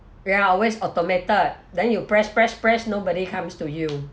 ya always automated then you press press press nobody comes to you